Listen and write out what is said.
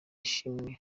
ishimwe